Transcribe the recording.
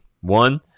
One